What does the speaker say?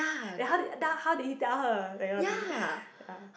then how did then how did he tell her that kind of thing ya